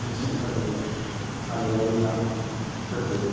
फोरबो